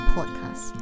Podcast